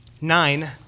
nine